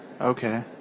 Okay